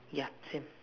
ya same